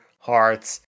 hearts